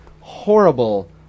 horrible